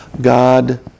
God